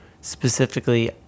specifically